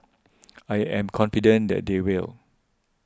I am confident that they will